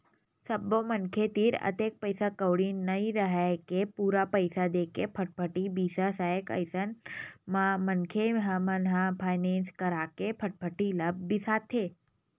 सब्बो मनखे तीर अतेक पइसा कउड़ी नइ राहय के पूरा पइसा देके फटफटी बिसा सकय अइसन म मनखे मन ह फायनेंस करा के फटफटी ल बिसाथे